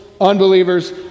unbelievers